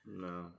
no